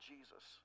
Jesus